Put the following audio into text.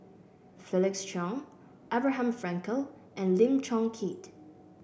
Felix Cheong Abraham Frankel and Lim Chong Keat